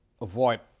avoid